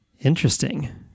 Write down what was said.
Interesting